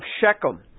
Shechem